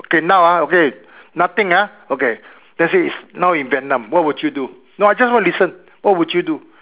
okay now ah okay nothing ah okay let's say it's now in Vietnam what would you do no I just want to listen what would you do